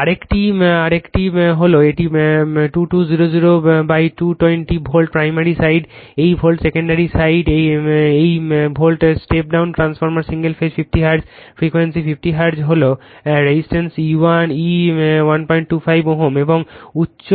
আরেকটি হল একটি 2200 220 ভোল্ট প্রাইমারি সাইড এই ভোল্ট সেকেন্ডারি সাইড এই volt step down transformer single phase 50 hertz frequency 50 hertz হল resistanceE125 Ω এবং উচ্চ